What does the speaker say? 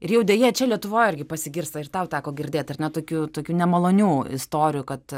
ir jau deja čia lietuvoj irgi pasigirsta ir tau teko girdėt ar ne tokių tokių nemalonių istorijų kad